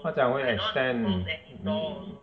他讲会 extend mm mm